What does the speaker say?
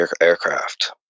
aircraft